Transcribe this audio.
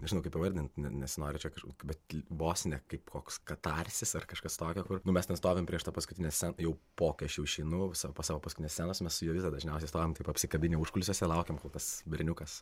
nežinau kaip pavardint ne nesinori čia kažkokių bet vos ne kaip koks katarsis ar kažkas tokio kur nu mes ten stovim prieš tą paskutinę sceną jau po kai aš jau išeinu sau po savo paskutinės scenos mes su jovyza dažniausiai stovim taip apsikabinę užkulisiuose laukiam kol tas berniukas